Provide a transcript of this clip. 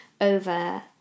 over